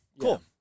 cool